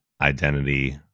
identity